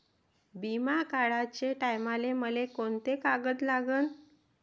बिमा काढाचे टायमाले मले कोंते कागद लागन?